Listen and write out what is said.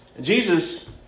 Jesus